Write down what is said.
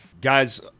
Guys